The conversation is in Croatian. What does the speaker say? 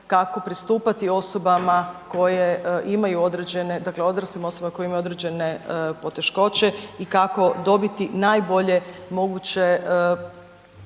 dakle odraslim osobama koje imaju određene poteškoće i kako dobiti najbolje moguće